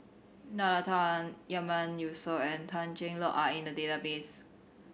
Nalla Tan Yatiman Yusof and Tan Cheng Lock are in the database